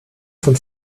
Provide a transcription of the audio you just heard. von